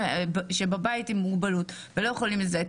עם מוגבלות שהם בבית ולא יכולים לבוא,